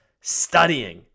studying